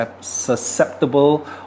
susceptible